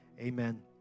Amen